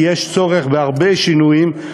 כי יש צורך בהרבה שינויים,